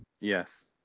Yes